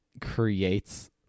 creates